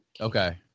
okay